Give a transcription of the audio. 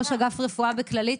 ראש אגף רפואה בשירותי בריאות כללית.